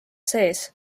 sees